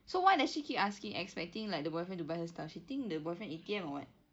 so why does she keep asking expecting like the boyfriend to buy her stuff she think the boyfriend A_T_M or what